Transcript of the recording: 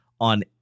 on